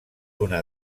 una